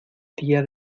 tía